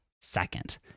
second